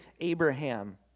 Abraham